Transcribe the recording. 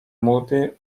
moody